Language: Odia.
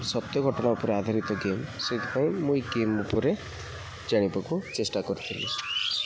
ସତ୍ୟ ଘଟଣା ଉପରେ ଆଧାରିତ ଗେମ୍ ସେଥିପାଇଁ ମୁଁ ଏଇ ଗେମ୍ ଉପରେ ଜାଣିବାକୁ ଚେଷ୍ଟା କରିଥିଲି